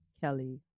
Kelly